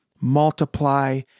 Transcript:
multiply